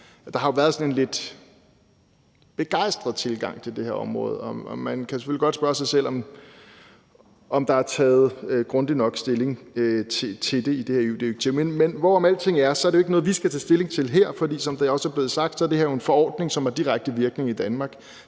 Der har jo været sådan en lidt begejstret tilgang til det her område. Og man kan selvfølgelig godt spørge sig selv, om der er taget grundigt nok stilling til det i det her EU-direktiv. Men hvorom alting er, er det ikke noget, vi skal tage stilling til her, for som det også er blevet sagt, er det her jo en forordning, som har direkte virkning i Danmark.